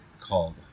called